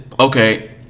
Okay